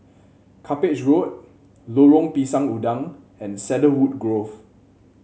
Cuppage Road Lorong Pisang Udang and Cedarwood Grove